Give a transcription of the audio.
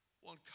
one